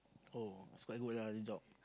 oh is quite good lah the job